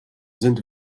sind